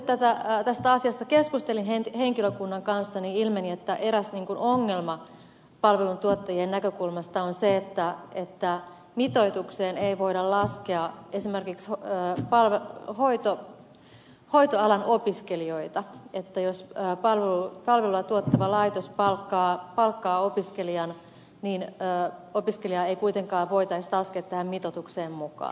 kun sitten tästä asiasta keskustelin henkilökunnan kanssa niin ilmeni että eräs ongelma palveluntuottajien näkökulmasta on se että mitoitukseen ei voida laskea esimerkiksi hoitoalan opiskelijoita että jos palvelua tuottava laitos palkkaa opiskelijan niin opiskelijaa ei kuitenkaan voi laskea tähän mitoitukseen mukaan